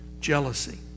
jealousy